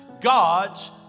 God's